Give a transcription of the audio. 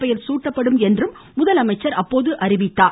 பெயர் சூட்டப்படும் என்றும் முதலமைச்சர் குறிப்பிட்டார்